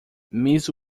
miss